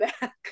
back